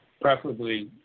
preferably